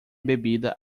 bebida